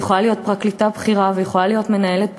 היא יכולה להיות פרקליטה בכירה ויכולה להיות מנהלת בכירה.